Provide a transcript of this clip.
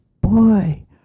Boy